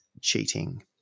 cheating